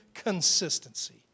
consistency